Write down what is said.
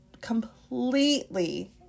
completely